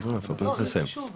לא, זה חשוב אבל.